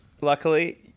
Luckily